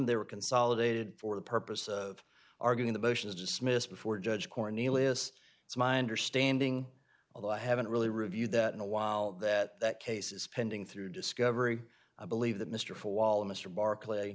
they were consolidated for the purpose of arguing the motions dismissed before judge cornelius it's my understanding although i haven't really reviewed that in a while that case is pending through discovery i believe that mr for while mr barclay